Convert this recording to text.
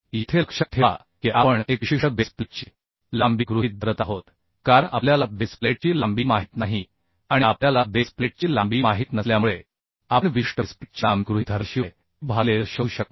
येथे लक्षात ठेवा की आपण एक विशिष्ट बेस प्लेटची लांबी गृहीत धरत आहोत कारण आपल्याला बेस प्लेटची लांबी माहित नाही आणि आपल्याला बेस प्लेटची लांबी माहित नसल्यामुळे आपण विशिष्ट बेस प्लेटची लांबी गृहीत धरल्याशिवाय E भागिले L शोधू शकत नाही